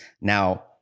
Now